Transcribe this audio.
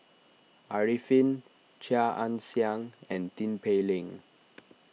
Arifin Chia Ann Siang and Tin Pei Ling